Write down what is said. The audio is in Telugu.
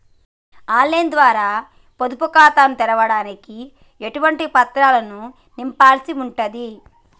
ఆన్ లైన్ ద్వారా పొదుపు ఖాతాను తెరవడానికి ఎటువంటి పత్రాలను నింపాల్సి ఉంటది?